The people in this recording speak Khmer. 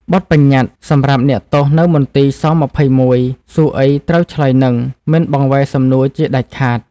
បទបញ្ញត្តិ សម្រាប់អ្នកទោសនៅមន្ទីរ ស-២១ សួរអីត្រូវឆ្លើយនឹង មិនបង្វែរសំនួរជាដាច់ខាត។